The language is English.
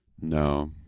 No